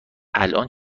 الان